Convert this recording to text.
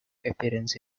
appearance